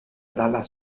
dalla